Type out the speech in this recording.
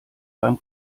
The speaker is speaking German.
beim